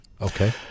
Okay